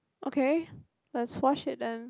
okay let's watch it then